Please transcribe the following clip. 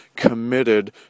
committed